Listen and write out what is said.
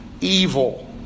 evil